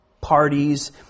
parties